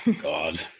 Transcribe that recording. God